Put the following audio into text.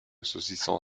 saucisson